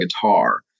guitar